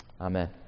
Amen